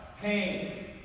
pain